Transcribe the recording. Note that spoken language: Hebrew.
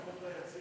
(מסלול